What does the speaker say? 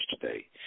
today